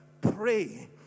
pray